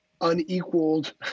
unequaled